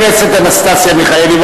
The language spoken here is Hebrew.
חברת הכנסת אנסטסיה מיכאלי,